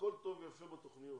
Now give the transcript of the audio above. הכול טוב ויפה בתוכניות,